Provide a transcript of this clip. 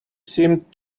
seemed